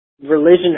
religion